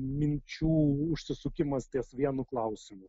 minčių užsisukimas ties vienu klausimu